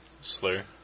slur